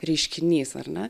reiškinys ar ne